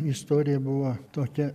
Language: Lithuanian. istorija buvo tokia